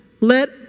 Let